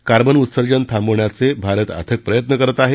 carbon उत्सर्जन थांबवण्यासाठी भारत अथक प्रयत्न करत आहे